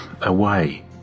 away